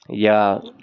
یا